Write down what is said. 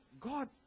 God